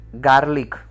garlic